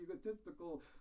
egotistical